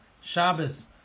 Shabbos